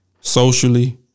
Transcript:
socially